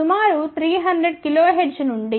సుమారు 300 kHz నుండి 3